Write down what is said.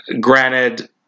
Granted